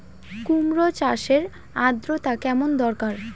কুমড়ো চাষের আর্দ্রতা কেমন দরকার?